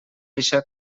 eixa